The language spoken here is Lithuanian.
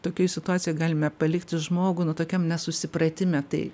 tokioj situacijoj galime palikti žmogų nu tokiam nesusipratime tai